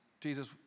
Jesus